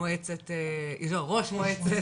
ראש מועצת